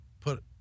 put